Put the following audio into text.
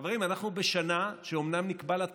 חברים, אנחנו בשנה שאומנם נקבע לה תקציב,